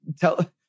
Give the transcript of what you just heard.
tell